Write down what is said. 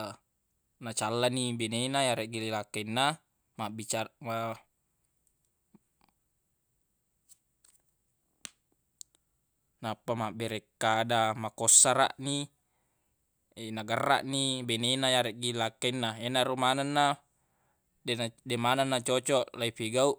nacalla ni bene na yareggi lakkainna mabbicar- nappa mabberekkada makossaraq ni nagerraq i bene na yareggi lakkainna yenaro manenna deq na- deq maneng na cocoq leifigauq.